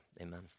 amen